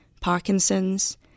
Parkinson's